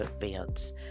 events